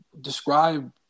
describe